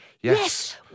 Yes